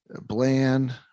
bland